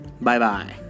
Bye-bye